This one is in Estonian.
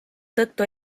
tõttu